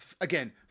again